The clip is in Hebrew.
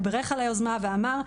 הוא ברך על היוזמה ואמר,